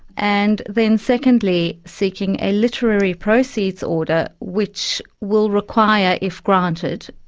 and, then secondly, seeking a literary proceeds order which will require, if granted,